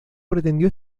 pretendió